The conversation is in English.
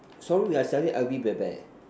sorry we are selling L_V bear bear